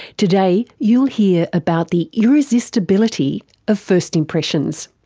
today you'll hear about the irresistibility of first impressions.